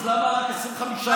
אז למה רק 25,000?